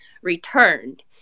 returned